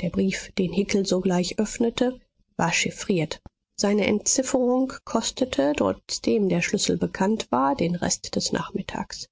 der brief den hickel sogleich öffnete war chiffriert seine entzifferung kostete trotzdem der schlüssel bekannt war den rest des nachmittags